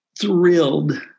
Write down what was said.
thrilled